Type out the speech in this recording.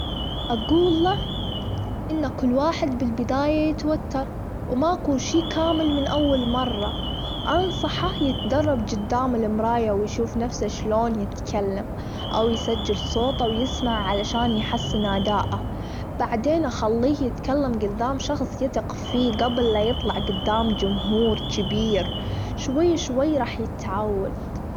أجول له أن كل واحد بالبداية يتوتر وما اكو شي كامل من أول مرة أنصحه يدرب جدام المرايا ويشوف نفسه شلون يتكلم، أو يسجل صوت، أو يسمع علشان يحسن أدائه، بعدين أخليه يتكلم جدام شخص يثق فيه قبل لا يطلع جدام جمهور تبير شوي شوي راح يتعود.